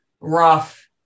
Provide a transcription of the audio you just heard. rough